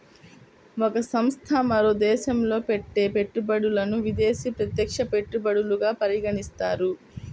ఒక సంస్థ మరో దేశంలో పెట్టే పెట్టుబడులను విదేశీ ప్రత్యక్ష పెట్టుబడులుగా పరిగణిస్తారు